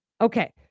Okay